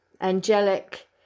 angelic